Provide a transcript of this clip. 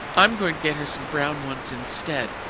i am going to get her some brown ones instead,